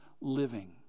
living